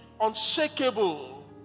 unshakable